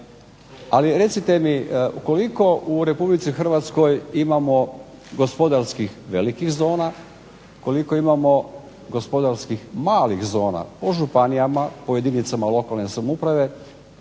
Ali recite mi koliko u RH imamo gospodarskih velikih zona, koliko imamo gospodarskih malih zona, u županijama, u jedinicama lokalne samouprave?